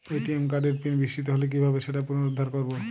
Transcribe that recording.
ATM কার্ডের pin বিস্মৃত হলে কীভাবে সেটা পুনরূদ্ধার করব?